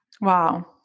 Wow